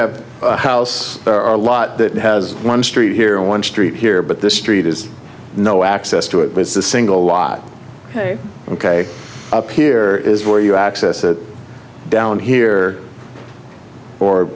have a house there are a lot that has one street here one street here but the street has no access to it with the single lot ok ok up here is where you access it down here or